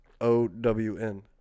O-W-N